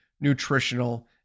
nutritional